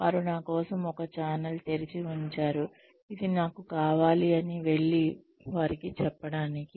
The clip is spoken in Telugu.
వారు నా కోసం ఒక ఛానెల్ తెరిచి ఉంచారుఇది నాకు కావాలి అని వెళ్లి వారికి చెప్పడానికి